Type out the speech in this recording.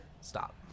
Stop